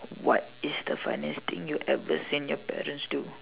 what is the funniest thing you ever seen your parents do